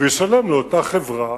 וישלם לאותה חברה,